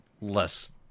less